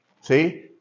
See